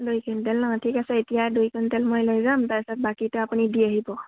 দুই কুইণ্টেল ন ঠিক আছে এতিয়া দুই কুইণ্টেল মই লৈ যাম তাৰ পিছত বাকীটো আপুনি দি আহিব